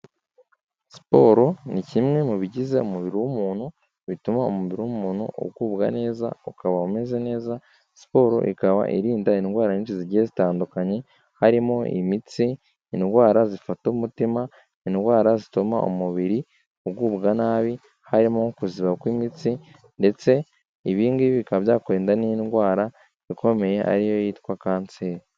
Siporo ni kimwe mu bigize umubiri w'umuntu, bituma umubiri w'umuntu ugubwa neza, ukaba umeze neza, siporo ikaba irinda indwara nyinshi zigiye zitandukanye, harimo imitsi, indwara zifata umutima, indwara zituma umubiri ugubwa nabi, harimo nko kuziba kw'imitsi, ndetse ibi ngibi bikaba byakurinda n'indwara ikomeye, ariyo yitwa kanseri.